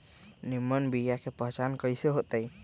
निमन बीया के पहचान कईसे होतई?